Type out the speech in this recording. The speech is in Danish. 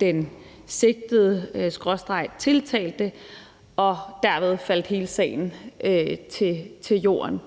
den sigtede skråstreg tiltalte, og derved faldt hele sagen til jorden.